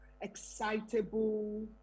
excitable